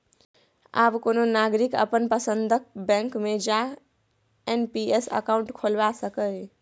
आब कोनो नागरिक अपन पसंदक बैंक मे जा एन.पी.एस अकाउंट खोलबा सकैए